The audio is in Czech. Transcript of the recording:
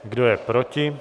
Kdo je proti?